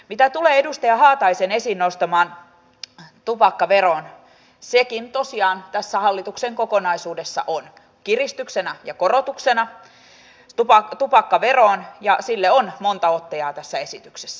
mitä tulee edustaja haataisen esiin nostamaan tupakkaveroon sekin tosiaan tässä hallituksen kokonaisuudessa on kiristyksenä ja korotuksena tupakkaveroon ja sille on monta ottajaa tässä esityksessä